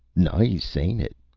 nice, ain't it?